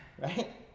right